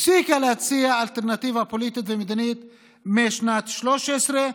הפסיקה להציע אלטרנטיבה פוליטית ומדינית משנת 2013,